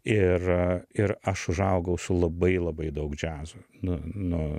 ir ir aš užaugau su labai labai daug džiazo nu nuo